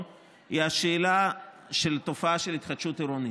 הוא השאלה של תופעה של התחדשות עירונית.